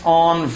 on